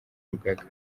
rugaga